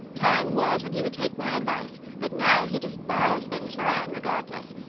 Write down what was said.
time was when he would take my advice, but now he just buys things for anne regardless,